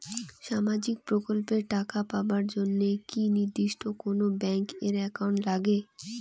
সামাজিক প্রকল্পের টাকা পাবার জন্যে কি নির্দিষ্ট কোনো ব্যাংক এর একাউন্ট লাগে?